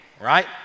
right